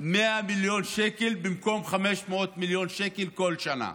100 מיליון שקל במקום 500 מיליון שקל כל שנה.